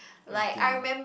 at dinner